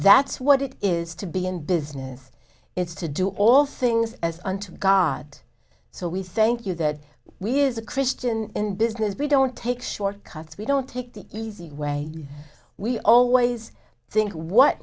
that's what it is to be in business it's to do all things as unto god so we thank you that we is a christian in business we don't take short cuts we don't take the easy way we always think what